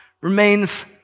remains